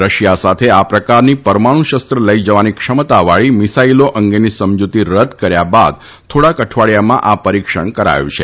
Russia સાથે આ પ્રકારની પરમાણુ શસ્ત્ર લઇ જવાની ક્ષમતાવાળી મીસાઇલો અંગેની સમજીતી રદ કર્યા બાદ થોડાક અઠવાડીયામાં આ પરિક્ષણ કરાયું છે